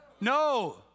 No